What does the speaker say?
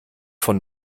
von